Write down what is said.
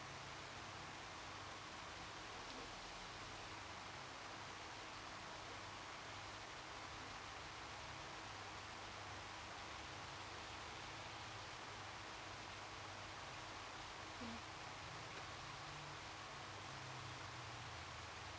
mm